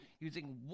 using